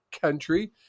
country